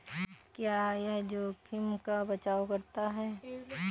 क्या यह जोखिम का बचाओ करता है?